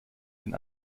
den